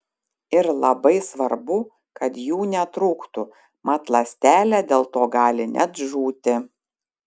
ir labai svarbu kad jų netrūktų mat ląstelė dėl to gali net žūti